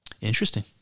Interesting